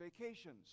vacations